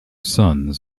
sons